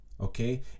okay